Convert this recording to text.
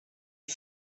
est